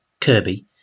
Kirby